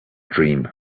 dream